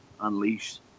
unleash